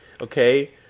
okay